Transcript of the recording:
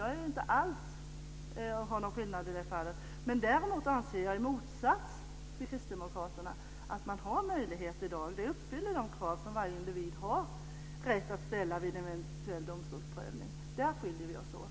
Jag vill inte alls ha någon skillnad i det fallet. Däremot anser jag i motsats till kristdemokraterna att man har en möjlighet i dag. Man uppfyller de krav som varje individ har rätt att ställa vid en eventuell domstolsprövning. Där skiljer vi oss åt.